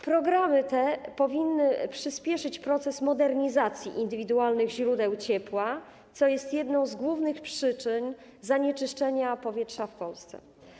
Programy te powinny przyspieszyć proces modernizacji indywidualnych źródeł ciepła, co jest jedną z głównych przyczyn zanieczyszczenia powietrza w Polsce.